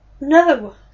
No